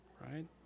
Right